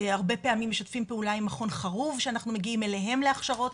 הרבה פעמים משתפים פעולה עם מכון חרוב שאנחנו מגיעים אליהם להכשרות,